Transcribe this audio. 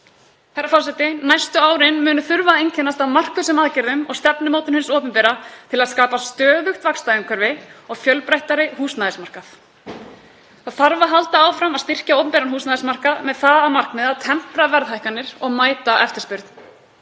Herra forseti. Næstu árin munu þurfa einkennast af markvissum aðgerðum og stefnumótun hins opinbera til að skapa stöðugt vaxtaumhverfi og fjölbreyttari húsnæðismarkað. Það þarf að halda áfram að styrkja opinberan húsnæðismarkað með það að markmiði að tempra verðhækkanir og mæta eftirspurn.